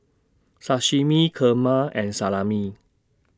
Sashimi Kheema and Salami